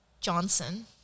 Johnson